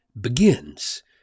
begins